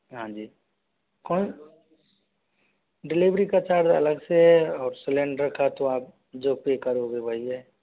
हाँ जी कौन डिलीवरी का चार्ज अलग से और सिलेंडर का तो आप जो पे करोगे वही है